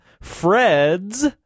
Fred's